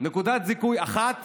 נקודת זיכוי אחת